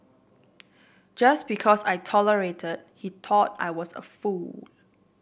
just because I tolerate he thought I was a fool